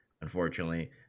unfortunately